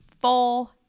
four